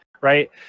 right